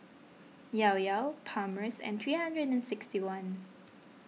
Llao Llao Palmer's and three hundred and sixty one